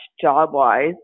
job-wise